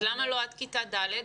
למה לא עד כיתה ד'?